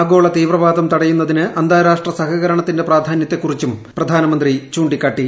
ആഗോള തീവ്രവാദം തടയുന്നതിന് അന്താരാഷ്ട്ര സഹകരണത്തിന്റെ പ്രധാന്യത്തെക്കുറിച്ചും പ്രധാനമന്ത്രി ചൂണ്ടിക്കാട്ടി